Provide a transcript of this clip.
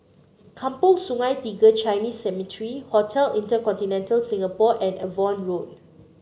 Kampong Sungai Tiga Chinese Cemetery Hotel InterContinental Singapore and Avon Road